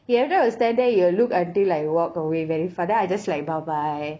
he every time will stand there he will look until I walk away very far then I just like bye bye